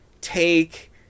take